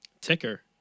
ticker